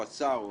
או השר,